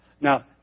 Now